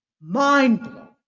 mind-blowing